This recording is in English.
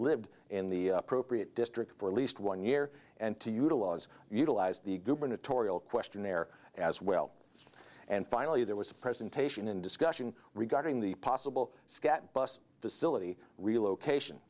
lived in the appropriate district for at least one year and to utilize utilized the gubernatorial questionnaire as well and finally there was a presentation and discussion regarding the possible skat bus facility relocation